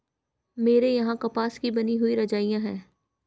मेरे यहां कपास की बनी हुई रजाइयां है